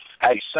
Hey